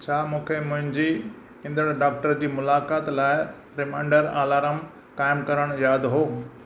छा मूंखे मुंइंजी ईंदड़ डॉक्टर जी मुलाक़ात लाइ रिमाइंडर अलारम क़ाइमु करणु यादि हुओ